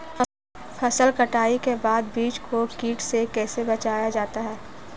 फसल कटाई के बाद बीज को कीट से कैसे बचाया जाता है?